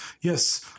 Yes